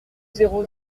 zéro